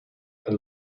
and